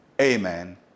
amen